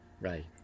right